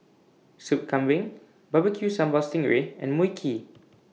Soup Kambing Barbecue Sambal Sting Ray and Mui Kee